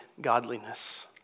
godliness